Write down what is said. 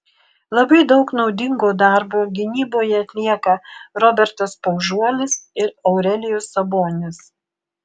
labai daug naudingo darbo gynyboje atlieka robertas paužuolis ir aurelijus sabonis